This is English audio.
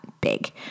big